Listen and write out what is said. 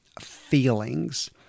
feelings